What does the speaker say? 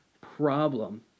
problem